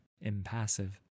impassive